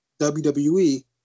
WWE